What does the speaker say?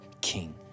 king